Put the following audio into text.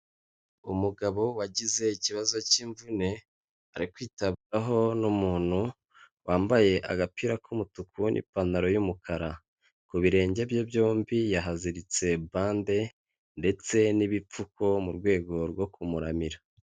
Umugabo wagize ikibazo cy'imvune, ari kwitabwaho n'umuntu wambaye agapira k'umutuku n'ipantaro y'umukara, ku birenge bye byombi yahaziritse bande, ndetse n'ibipfuko mu rwego rwo kumuramira.